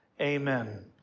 Amen